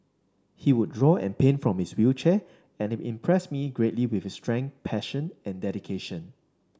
he would draw and paint from his wheelchair and it impressed me greatly with his strength passion and dedication